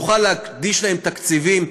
נוכל להקדיש להן תקציבים.